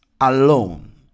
alone